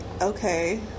okay